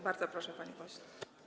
Bardzo proszę, panie pośle.